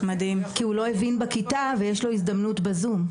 כי הוא לא הבין בכיתה ויש לו הזדמנות בזום.